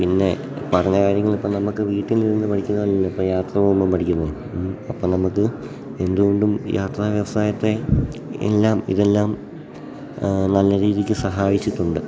പിന്നെ പറഞ്ഞ കാര്യങ്ങളിപ്പം നമുക്ക് വീട്ടിലിരുന്നു പഠിക്കുന്നതല്ല ഇപ്പം യാത്ര പോകുമ്പം പഠിക്കുന്നത് അപ്പം നമുക്ക് എന്തു കൊണ്ടും യാത്രാ വ്യവസായത്തെ എല്ലാം ഇതെല്ലാം ആ നല്ല രീതിക്ക് സഹായിച്ചിട്ടുണ്ട്